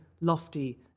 lofty